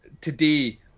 today